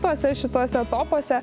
tuose šitose topuose